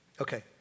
Okay